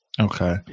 Okay